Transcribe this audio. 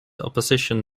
opposition